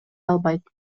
албайт